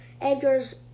Edgar's